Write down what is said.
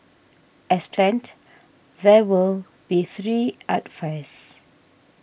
as planned there will be three art fairs